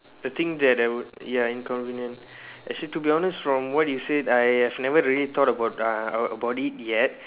the thing that the ya inconvenient actually to be honest from what you said I have never really thought about uh about it yet